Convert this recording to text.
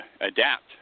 adapt